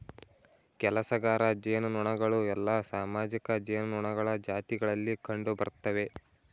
ಕೆಲಸಗಾರ ಜೇನುನೊಣಗಳು ಎಲ್ಲಾ ಸಾಮಾಜಿಕ ಜೇನುನೊಣಗಳ ಜಾತಿಗಳಲ್ಲಿ ಕಂಡುಬರ್ತ್ತವೆ